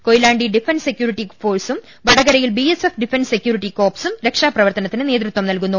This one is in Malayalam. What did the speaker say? കൊയിലാണ്ടിയിൽ ഡിഫൻസ് സെക്യൂരിറ്റി കോർപ്സും വടകരയിൽ ബിഎസ്എഫും ഡിഫൻസ് സെക്യൂരിറ്റി കോർപ്സും രക്ഷാപ്രവർത്തനത്തിന് നേതൃത്വം നൽകുന്നു